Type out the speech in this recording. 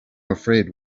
afraid